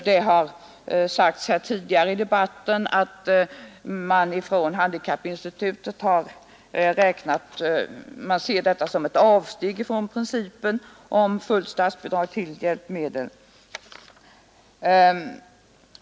Det har sagts tidigare i debatten att handikappinstitutet ser de föreslagna åtgärderna som ett avsteg från principen om fullt statsbidrag till hjälpmedel.